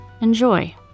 Enjoy